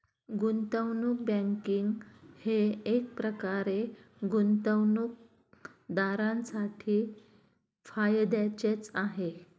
गुंतवणूक बँकिंग हे एकप्रकारे गुंतवणूकदारांसाठी फायद्याचेच आहे